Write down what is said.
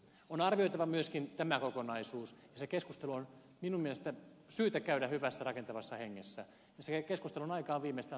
on arvioitava myöskin tämä kokonaisuus ja se keskustelu on minun mielestäni syytä käydä hyvässä rakentavassa hengessä ja sen keskustelun aika on viimeistään alkusyksystä